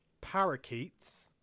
parakeets